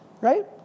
right